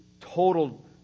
total